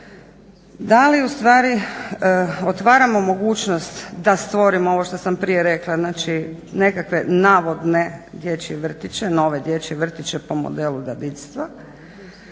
da li ustvari otvaramo mogućnost da stvorimo ovo što sam prije rekla, znači nekakve navodne dječje vrtiće, nove dječje vrtiće po modelu dadiljstva,